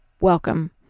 Welcome